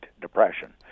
Depression